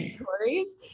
stories